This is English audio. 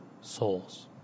souls